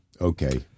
okay